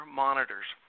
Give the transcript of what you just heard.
monitors